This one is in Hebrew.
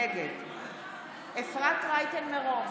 נגד אפרת רייטן מרום,